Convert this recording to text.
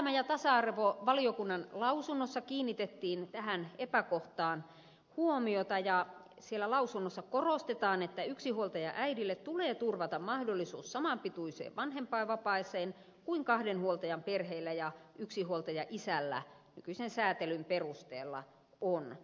työelämä ja tasa arvovaliokunnan lausunnossa kiinnitettiin tähän epäkohtaan huomiota ja siellä lausunnossa korostetaan että yksinhuoltajaäidille tulee turvata mahdollisuus samanpituiseen vanhempainvapaaseen kuin kahden huoltajan perheillä ja yksinhuoltajaisällä nykyisen säätelyn perusteella on